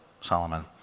Solomon